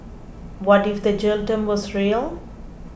what if the jail term was real